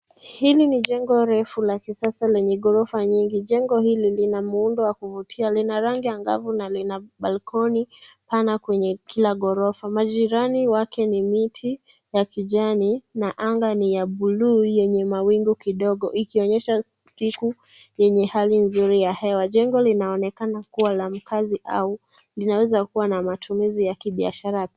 Hili ni jengo refu, la kisasa lenye ghorofa nyingi. Jengo hili lina muundo wa kuvutia. Lina rangi angavu na lina balkoni pana kwenye kila ghorofa. Majirani wake ni miti ya kijani, na anga ni ya buluu, yenye mawingu kidogo. Ikionyesha siku yenye hali nzuri ya hewa. Jengo linaonekana kuwa la makazi, au linaweza kuwa na matumizi ya kibiashara pia.